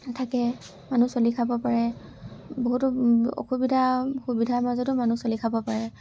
থাকে মানুহ চলি খাব পাৰে বহুতো অসুবিধা সুবিধাৰ মাজতো মানুহ চলি খাব পাৰে